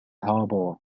harbor